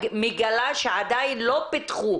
מגלה שעדיין לא פיתחו.